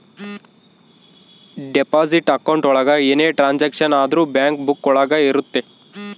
deposit account ಒಳಗ ಏನೇ transaction ಆದ್ರೂ ಬ್ಯಾಂಕ್ ಬುಕ್ಕ ಒಳಗ ಇರುತ್ತೆ